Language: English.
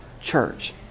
church